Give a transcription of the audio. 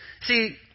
See